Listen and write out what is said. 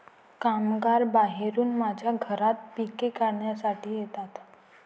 कामगार बाहेरून माझ्या घरात पिके काढण्यासाठी येतात